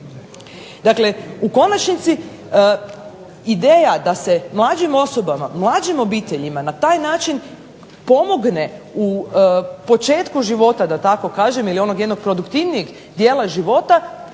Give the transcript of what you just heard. Dakle, u konačnici ideja da se mlađim osobama, mlađim obiteljima pomogne u početku života, ili onog jednog produktivnijeg dijela života